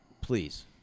please